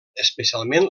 especialment